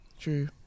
True